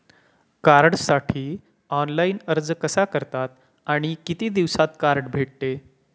कार्डसाठी ऑनलाइन अर्ज कसा करतात आणि किती दिवसांत कार्ड भेटते?